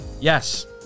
Yes